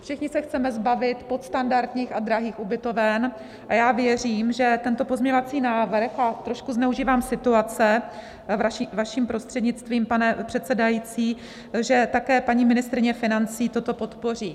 Všichni se chceme zbavit podstandardních a drahých ubytoven a já věřím, že tento pozměňovací návrh a trošku zneužívám situace vaším prostřednictvím, pane předsedající že také paní ministryně financí toto podpoří.